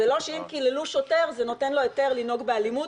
זה לא שאם קיללו שוטר זה נותן לו היתר לנהוג באלימות,